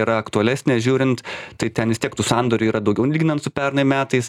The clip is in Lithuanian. yra aktualesnė žiūrint tai ten vis tiek tų sandorių yra daugiau lyginant su pernai metais